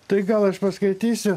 tai gal aš paskaitysiu